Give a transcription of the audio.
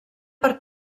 per